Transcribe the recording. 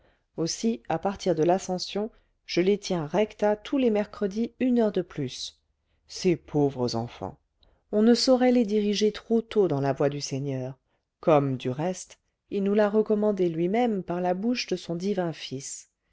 aussi à partir de l'ascension je les tiens recta tous les mercredis une heure de plus ces pauvres enfants on ne saurait les diriger trop tôt dans la voie du seigneur comme du reste il nous l'a recommandé luimême par la bouche de son divin fils